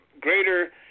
greater